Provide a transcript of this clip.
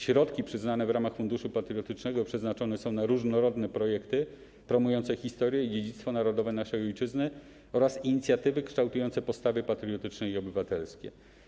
Środki przyznane w ramach Funduszu Patriotycznego przeznaczone są na różnorodne projekty promujące historię i dziedzictwo narodowe naszej ojczyzny oraz inicjatywy kształtujące postawy patriotyczne i obywatelskie.